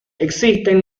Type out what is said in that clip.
existen